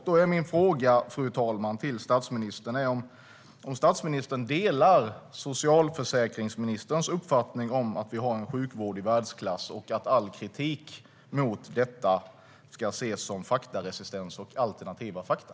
Då är min fråga, fru talman, till statsministern: Delar statsministern socialförsäkringsministerns uppfattning att vi har en sjukvård i världsklass och att all kritik mot detta ska ses som faktaresistens och alternativa fakta?